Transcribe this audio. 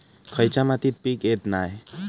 खयच्या मातीत पीक येत नाय?